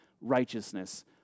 righteousness